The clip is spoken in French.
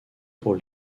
pour